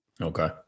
Okay